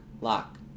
Lock